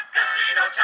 Casino